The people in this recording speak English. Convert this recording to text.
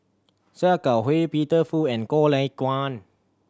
Sia Kah Hui Peter Fu and Goh Lay Kuan